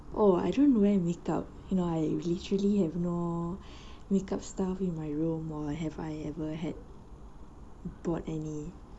oh I don't wear make up you know I literally have no make up stuff in my room while I have I ever had bought any